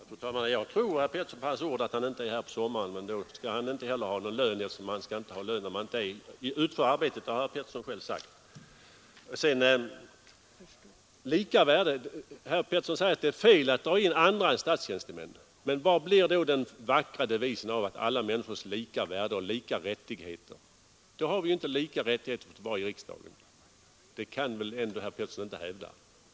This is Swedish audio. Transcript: Fru talman! Jag tror herr Pettersson i Örebro på hans ord, när han säger att han inte är här på sommaren, men då skall han inte heller ha någon lön då, eftersom han själv sagt att man inte skall ha lön när man inte utför något arbete. Vidare sade herr Pettersson att det är fel att dra in andra än statstjänstemännen i denna debatt, men vad blir det då av den vackra devisen om alla människors lika värde och lika rättigheter? Då har vi ju inte lika rättigheter här i riksdagen. Det kan väl herr Pettersson inte hävda?